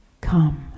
Come